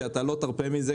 שלא תרפה מזה,